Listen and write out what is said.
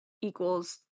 equals